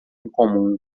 incomum